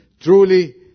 Truly